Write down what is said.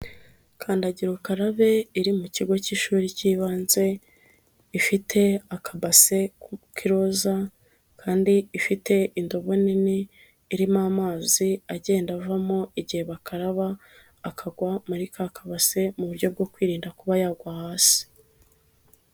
Kandagira ukarabe iri mu kigo k'ishuri k'ibanze, ifite akabase k' ikiroza, kandi ifite indobo nini irimo amazi agenda avamo igihe bakaraba akagwa muri ka kabase ,mu buryo bwo kwirinda kuba yagwa hasi.